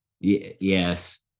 yes